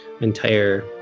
entire